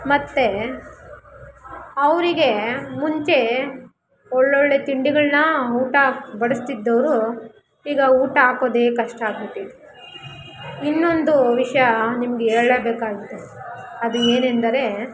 ಮತ್ತು ಅವರಿಗೆ ಮುಂಚೆ ಒಳ್ಳೊಳ್ಳೆ ತಿಂಡಿಗಳನ್ನ ಊಟ ಬಡಿಸ್ತಿದ್ದೋರು ಈಗ ಊಟ ಹಾಕೋದೆ ಕಷ್ಟ ಆಗ್ಬಿಟ್ಟಿತ್ತು ಇನ್ನೊಂದು ವಿಷಯ ನಿಮಗೆ ಹೇಳ್ಳೇಬೇಕಾಗಿದ್ದು ಅದು ಏನೆಂದರೆ